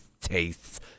tastes